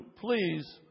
please